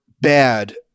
bad